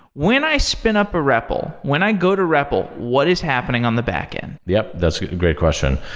when i spin up a repl, um when i go to repl, what is happening on the backend? yup, that's a great question.